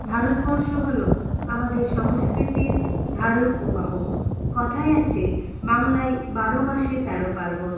ভারতবর্ষ হল আমাদের সংস্কৃতির ধারক ও বাহক কথায় আছে বাংলায় বারো মাসে তেরো পার্বণ